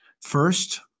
First